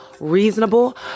reasonable